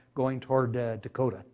going toward dakota